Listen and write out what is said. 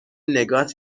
نگات